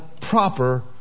proper